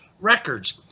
records